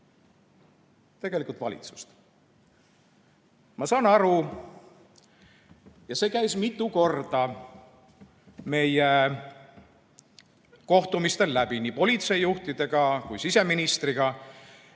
tegelikult valitsust. Ma saan aru, ja see käis mitu korda läbi meie kohtumistel nii politseijuhtidega kui ka siseministriga,